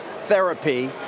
therapy